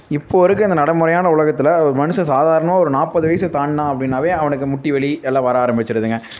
இப்போது இருக்க இந்த நடைமுறையான உலகத்தில் ஒரு மனுஷன் சாதாரணமாக ஒரு நாற்பது வயசை தாண்டினான் அப்படின்னாவே அவனுக்கு முட்டிவலி எல்லாம் வர ஆரம்பிச்சிருதுங்க